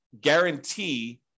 guarantee